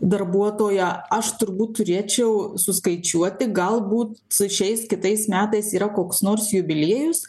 darbuotoja aš turbūt turėčiau suskaičiuoti galbūt su šiais kitais metais yra koks nors jubiliejus